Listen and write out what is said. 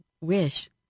wish